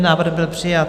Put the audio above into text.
Návrh byl přijat.